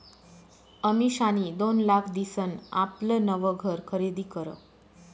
अमिषानी दोन लाख दिसन आपलं नवं घर खरीदी करं